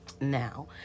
Now